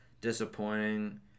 disappointing